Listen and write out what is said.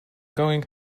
going